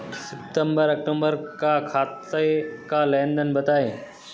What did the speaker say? सितंबर अक्तूबर का खाते का लेनदेन बताएं